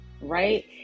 right